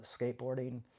skateboarding